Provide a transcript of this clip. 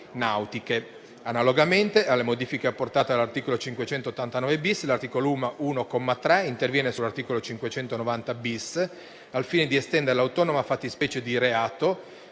Analogamente alle modifiche apportate all'articolo 589-*bis*, l'articolo 1, comma 3, interviene sull'articolo 590-*bis*, al fine di estendere l'autonoma fattispecie di reato